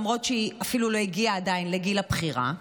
למרות שהיא אפילו לא הגיעה עדיין לגיל הבחירה.